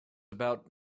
about